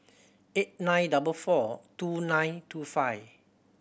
eight nine double four two nine two five